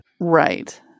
Right